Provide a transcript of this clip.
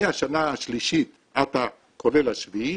מהשנה השלישית עד וכולל השביעית,